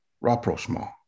rapprochement